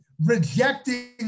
rejecting